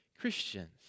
Christians